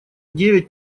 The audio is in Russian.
девять